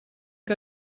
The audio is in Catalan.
que